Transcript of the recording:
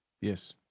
Yes